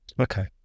Okay